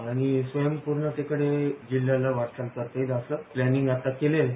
आणि स्वयंपूर्णतेकडे जिल्ह्याला वाटचाल करता येईल असं प्लानिंग आता केलेलं आहे